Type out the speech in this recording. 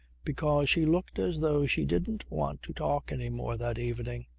because she looked as though she didn't want to talk any more that evening.